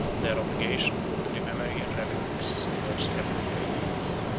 their obligations to the memory and relics of those heavenly patrons.